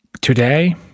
Today